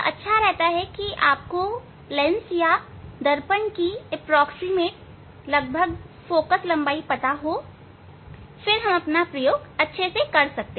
अच्छा रहता है कि आपको लेंस या दर्पण की लगभग फोकल लंबाई पता हो फिर हम अपना प्रयोग कर सकते हैं